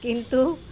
किन्तु